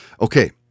Okay